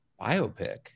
biopic